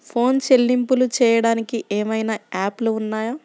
Phone చెల్లింపులు చెయ్యటానికి ఏవైనా యాప్లు ఉన్నాయా?